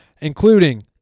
including